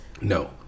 No